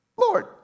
Lord